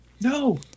No